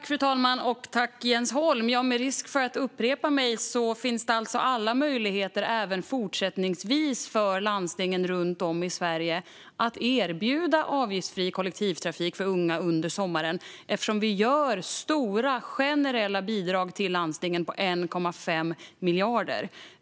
Fru talman! Med risk för att upprepa mig finns det även fortsättningsvis alla möjligheter för landstingen runt om i Sverige att erbjuda avgiftsfri kollektivtrafik för unga under sommaren, eftersom vi ger stora generella bidrag till landstingen på 1,5 miljarder.